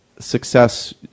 success